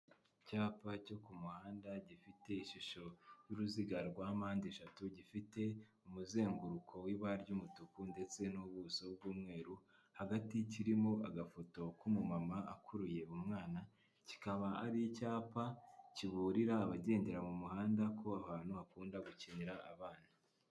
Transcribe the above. Icyapa cyo ku muhanda gifite ishusho y'uruziga rwa mpande eshatu, gifite umuzenguruko w'ibara ry'umutuku ndetse n'ubuso bw'umweru, hagati kirimo agafoto ku mumama akuruye umwana, kikaba ari icyapa kiburira abagendera mu muhanda ko ahantu hakunda gukinira abana.